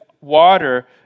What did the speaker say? water